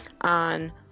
on